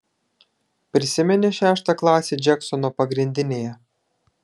prisimeni šeštą klasę džeksono pagrindinėje